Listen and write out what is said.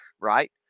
right